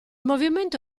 movimento